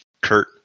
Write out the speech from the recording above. Kurt